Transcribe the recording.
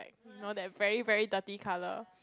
you know that very very dirty colour